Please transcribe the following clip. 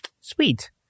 Sweet